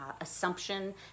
assumption